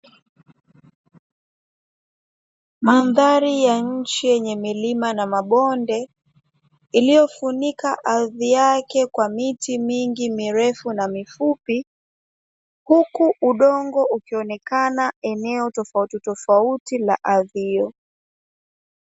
Mandhari ya nchi yenye milima na mabonde, iliyofunika ardhi yake kwa miti mingi mirefu na mifupi. Huku udongo ukionekana eneo tofautitofauti ya ardhi hiyo.